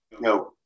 No